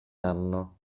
anno